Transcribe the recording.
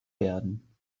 werden